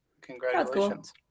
congratulations